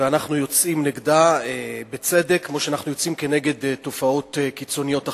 ואנחנו יוצאים נגדה בצדק כמו שאנחנו יוצאים כנגד תופעות קיצוניות אחרות.